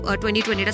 2020